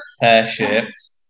pear-shaped